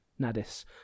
nadis